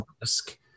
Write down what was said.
risk